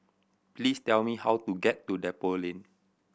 please tell me how to get to Depot Lane